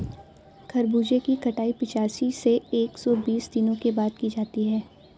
खरबूजे की कटाई पिचासी से एक सो बीस दिनों के बाद की जाती है